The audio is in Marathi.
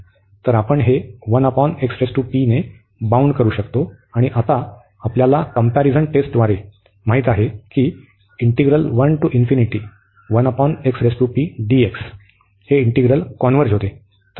तर आपण हे ने बाऊंड करू शकतो आणि आता आपल्याला कंपॅरिझन टेस्टद्वारे माहित आहे की हे इंटिग्रल कॉन्व्हर्ज होते